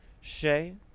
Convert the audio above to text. Shay